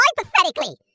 hypothetically